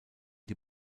die